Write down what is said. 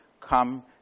come